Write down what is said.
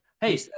Hey